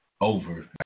over